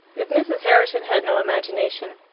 if mrs. herriton had no imagination,